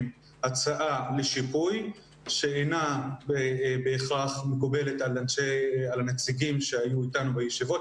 הצעה לשיפוי שאינה בהכרח מקובלת על הנציגים שהיו איתנו בישיבות,